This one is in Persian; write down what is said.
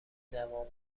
جوامع